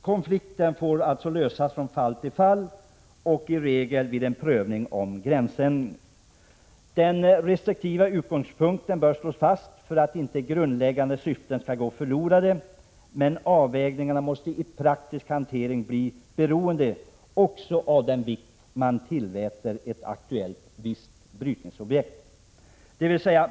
Konflikten får då lösas från fall till fall genom beslut, i regel vid prövning av fråga om gränsändring. Den restriktiva utgångspunkten bör slås fast för att inte grundläggande syften skall gå förlorade, men avvägningarna måste i praktisk hantering bli beroende också av den vikt man tillmäter ett aktuellt brytningsprojekt.